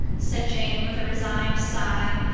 said jane with a resigned sigh,